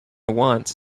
wants